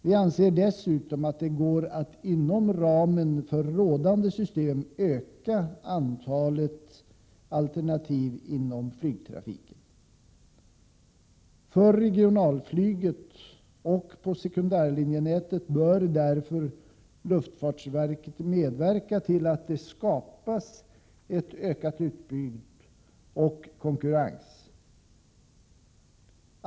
Vi anser dessutom att det går att inom ramen för rådande system öka antalet alternativ inom flygtrafiken. För regionalflyget och på sekundärlinjenätet bör därför luftfartsverket medverka till att det skapas ett ökat utbud och konkurrens.